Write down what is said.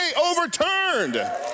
overturned